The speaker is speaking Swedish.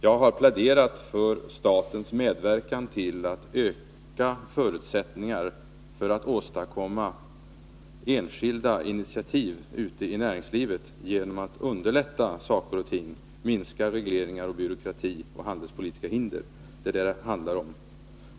Jag har pläderat för statens medverkan till att öka förutsättningarna för att åstadkomma enskilda initiativ ute i näringslivet genom att underlätta saker och ting, minska regleringar, byråkrati och handelspolitiska hinder. Det är det som det handlar om.